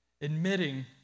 Admitting